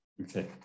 okay